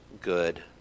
good